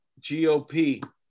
GOP